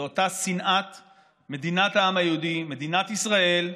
זו אותה שנאת מדינת העם היהודי, מדינת ישראל.